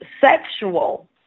sexual